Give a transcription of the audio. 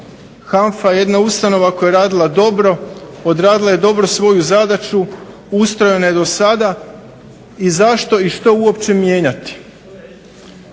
HANFA je jedna ustanova koja je radila dobro, odradila je dobro svoju zadaću, … je do sada i zašto i što uopće mijenjati.